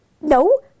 No